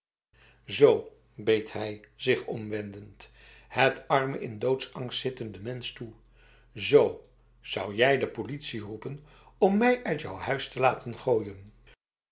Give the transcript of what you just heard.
zo beet hij zich omwendend het arme in doodsangst zittende mens toe zo zou jij de politie roepen om mij uitjouw huis te laten gooien